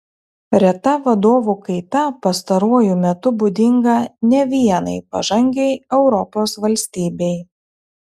reta vadovų kaita pastaruoju metu būdinga ne vienai pažangiai europos valstybei